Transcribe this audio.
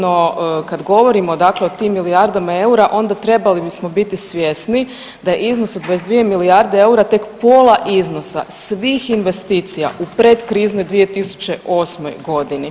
No kad govorimo dakle o tim milijardama eura onda trebali bismo biti svjesni da je iznos od 22 milijarde eura tek pola iznosa svih investicija u predkriznoj 2008. godini.